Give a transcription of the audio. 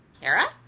Kara